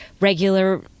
regular